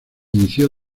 inició